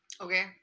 Okay